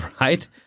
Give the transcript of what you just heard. right